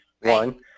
one